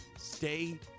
stay